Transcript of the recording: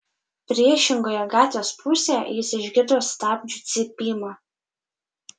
priešingoje gatvės pusėje jis išgirdo stabdžių cypimą